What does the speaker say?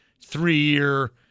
three-year